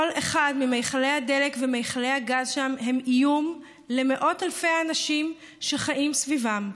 כל אחד ממכלי הדלק ומכלי הגז שם הם איום למאות אלפי אנשים שחיים סביבם,